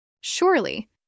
Surely